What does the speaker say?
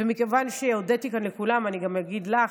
מכיוון שהודיתי כאן לכולם, אני גם אגיד לך,